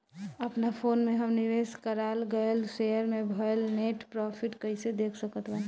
अपना फोन मे हम निवेश कराल गएल शेयर मे भएल नेट प्रॉफ़िट कइसे देख सकत बानी?